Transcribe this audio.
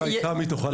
אולי תמי תוכל לענות.